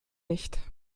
nicht